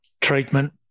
treatment